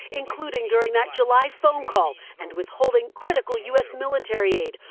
including during that july phone call and withholding critical u s. military aid.